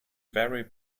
vary